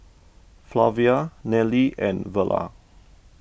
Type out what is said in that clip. Flavia Nelly and Verla